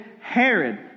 Herod